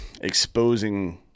exposing